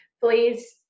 Please